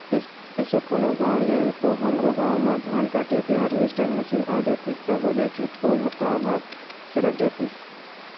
एसो कोन गाँव ले तो हमरो गाँव म धान काटे के हारवेस्टर मसीन आ जातिस त बने झटकुन काम ह सरक जातिस